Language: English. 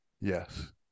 yes